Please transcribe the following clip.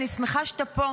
אני שמחה שאתה פה.